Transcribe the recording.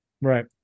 Right